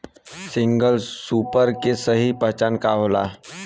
Single super के सही पहचान का होला?